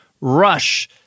rush